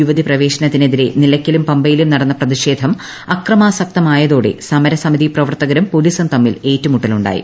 യുവതി പ്രവ്യേശനത്തിനെതിരെ നിലക്കലും പമ്പയിലും നടന്ന പ്രതിഷേധം അക്രിമാസക്തമായതോടെ സമര സമിതി പ്രവർത്തകരും പൊലീസും തമ്മിൽ ഏറ്റുമുട്ടുകയുണ്ടായി